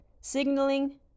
signaling